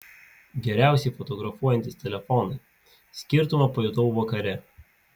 geriausiai fotografuojantys telefonai skirtumą pajutau vakare